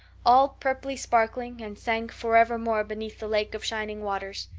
all purply-sparkling, and sank forevermore beneath the lake of shining waters.